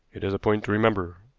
it is a point to remember,